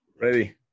Ready